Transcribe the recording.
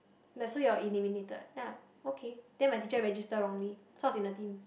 ya so you're eliminated then I okay then my teacher register wrongly so I was in the team